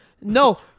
No